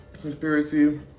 conspiracy